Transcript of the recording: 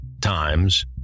times